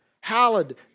hallowed